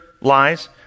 lies